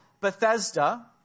Bethesda